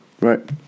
Right